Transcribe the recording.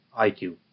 IQ